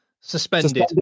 suspended